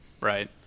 right